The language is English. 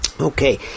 Okay